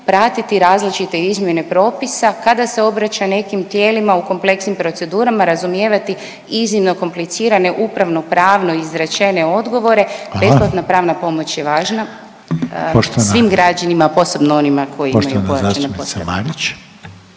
pratiti različite izmjene propisa, kada se obraća nekim tijelima u kompleksnim procedurama razumijevati iznimno komplicirane upravno-pravno izrečene odgovore…/Upadica Reiner: Hvala/…besplatna pravna pomoć je važna svim građanima, a posebno onima koji imaju pojačane potrebe.